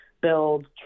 build